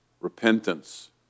Repentance